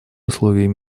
условиях